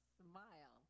smile